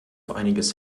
einiges